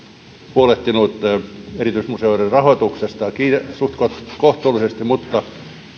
huolehtinut erityismuseoiden rahoituksesta suhtkoht kohtuullisesti mutta